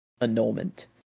annulment